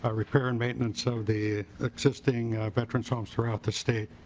ah repair and maintenance of the existing veterans home throughout the state.